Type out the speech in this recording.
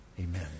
Amen